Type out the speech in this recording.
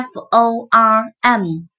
F-O-R-M